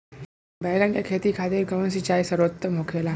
बैगन के खेती खातिर कवन सिचाई सर्वोतम होखेला?